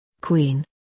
Queen